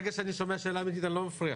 ברגע שאני שומע שאלה אמתית אני לא מפריע.